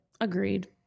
agreed